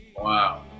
Wow